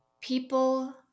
people